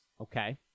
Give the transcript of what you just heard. okay